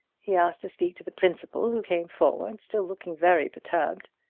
he asked to speak to the principal, who came forward, still looking very perturbed.